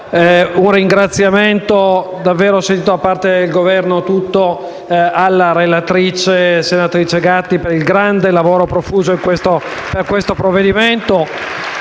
un ringraziamento davvero sentito, da parte del Governo tutto, alla relatrice, senatrice Gatti, per il grande lavoro profuso durante l'esame del provvedimento.